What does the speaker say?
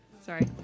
sorry